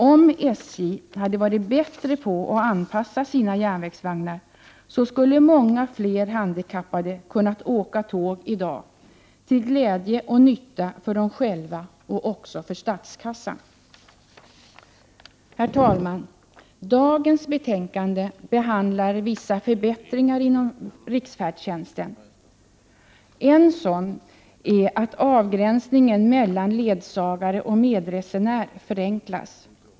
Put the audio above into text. Om SJ hade varit bättre på att anpassa sina vagnar skulle många fler handikappade ha kunnat åka tåg i dag, till glädje och nytta för dem själva — och också för statskassan. Herr talman! Dagens betänkande behandlar vissa förbättringar inom riksfärdtjänsten. En sådan är att avgränsningen mellan ledsagare och medresenär förenklas.